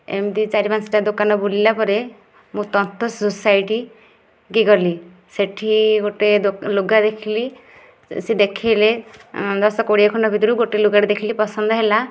ଏମତି ଚାରି ପାଞ୍ଚଟା ଦୋକାନ ବୁଲିଲା ପରେ ମୁଁ ତନ୍ତ ସୋସାଇଟିକି ଗଲି ସେଇଠି ଗୋଟିଏ ଲୁଗା ଦେଖିଲି ସେ ଦେଖେଇଲେ ଦଶ କୋଡ଼ିଏ ଖଣ୍ଡ ଭିତରୁ ଗୋଟିଏ ଲୁଗା ଟିଏ ଦେଖିଲି ପସନ୍ଦ ହେଲା